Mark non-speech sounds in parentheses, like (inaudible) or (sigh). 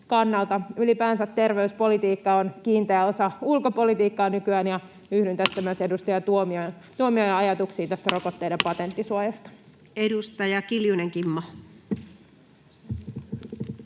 Ylipäänsä terveyspolitiikka on kiinteä osa ulkopolitiikkaa nykyään, ja yhdyn tässä (noise) myös edustaja Tuomiojan ajatuksiin tästä rokotteiden patenttisuojasta. Edustaja Kiljunen, Kimmo.